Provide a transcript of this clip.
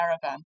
caravan